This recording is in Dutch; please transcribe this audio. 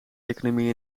economie